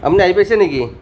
আপুনি আহি পাইছে নেকি